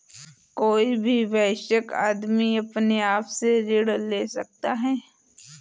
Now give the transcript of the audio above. कोई भी वयस्क आदमी अपने आप से ऋण ले सकता है